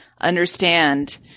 understand